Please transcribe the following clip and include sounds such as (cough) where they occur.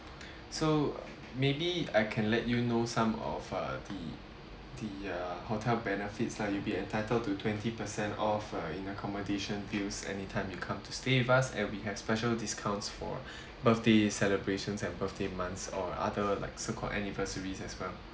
(breath) so maybe I can let you know some of uh the the uh hotel benefits lah you'll be entitled to twenty per cent off uh in accommodation bills anytime you come to stay with us and we have special discounts for (breath) birthday celebrations in birthday months or other like so called anniversaries as well